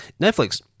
Netflix